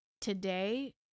today